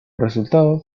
resultado